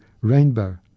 rainbow